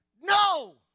No